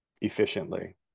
efficiently